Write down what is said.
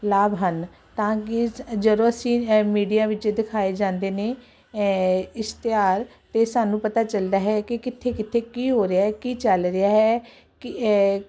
ਲਾਭ ਹਨ ਤਾਂ ਕਿ ਜਦੋਂ ਅਸੀਂ ਮੀਡੀਆ ਵਿੱਚ ਦਿਖਾਏ ਜਾਂਦੇ ਨੇ ਇਸ਼ਤਿਆਰ ਇਹ ਸਾਨੂੰ ਪਤਾ ਚੱਲਦਾ ਹੈ ਕਿ ਕਿੱਥੇ ਕਿੱਥੇ ਕੀ ਹੋ ਰਿਹਾ ਕੀ ਚੱਲ ਰਿਹਾ ਹੈ